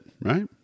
right